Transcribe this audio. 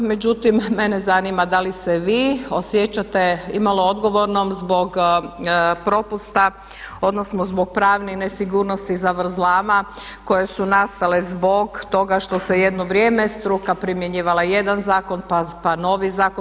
Međutim, mene zanima da li se vi osjećate imalo odgovornom zbog propusta, odnosno zbog pravne nesigurnosti i zavrzlama koje su nastale zbog toga što se jedno vrijeme struka primjenjivala jedan zakon, pa novi zakon.